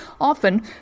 Often